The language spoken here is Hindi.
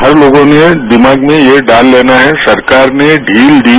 हर लोगों ने दिमाग में यह डाल लेना है सरकार ने ढील दी